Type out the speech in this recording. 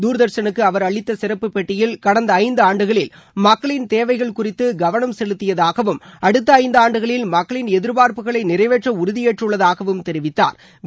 தூர்தர்ஷனுக்கு அவர் அளித்த சிறப்பு பேட்டியில் கடந்த ஐந்தாண்டுகளில் மக்களின் தேவைகள் குறித்து கவனம் செலுத்தியதாகவும் அடுத்த ஐந்தாண்டுகளில் மக்களின் எதிர்பார்ப்புகளை நிறைவேற்ற உறுதியேற்றுள்ளதாகவும் தெரிவித்தாா்